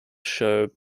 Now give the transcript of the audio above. show